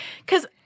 because-